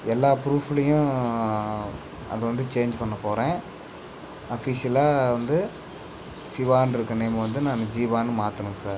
எல்லா ப்ரூஃபுலையும் அது வந்து சேஞ்ச் பண்ண போகிறேன் அஃபிஷியலாக வந்து சிவான்ருக்க நேம்மை வந்து நான் ஜீவான்னு மாற்றணும் சார்